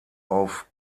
auf